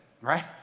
right